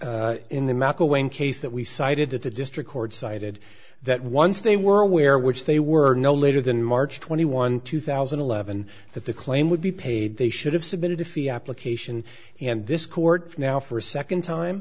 in the mcelwain case that we cited that the district court cited that once they were aware which they were no later than march twenty one two thousand and eleven that the claim would be paid they should have submitted a fee application and this court now for a second time